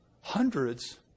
hundreds